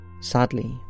Sadly